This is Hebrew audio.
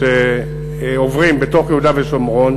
שעוברים בתוך יהודה ושומרון,